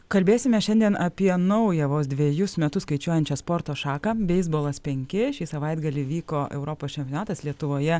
kalbėsime šiandien apie naują vos dvejus metus skaičiuojančią sporto šaką beisbolas penki šį savaitgalį vyko europos čempionatas lietuvoje